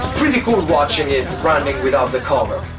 pretty cool watching it run without the cover.